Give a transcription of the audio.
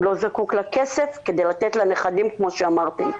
הוא לא זקוק לכסף כדי לתת לנכדים כמו שאמרתם,